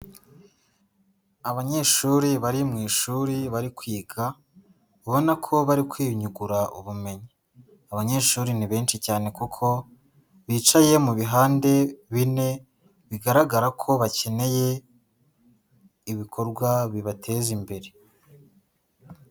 Abanyeshuri bari mu ishuri bari kwiga, ubona ko bari kwiyungura ubumenyi, abanyeshuri ni benshi cyane kuko bicaye mu bihande bine, bigaragara ko bakeneye ibikorwa bibateza imbere.